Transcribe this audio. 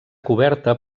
coberta